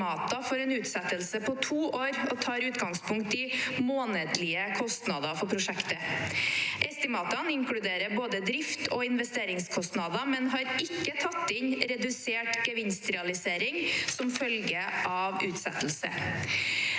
for en utsettelse på to år og tar utgangspunkt i månedlige kostnader for prosjektet. Estimatene inkluderer både drift- og investeringskostnader, men har ikke tatt inn redusert gevinstrealisering som følge av utsettelse.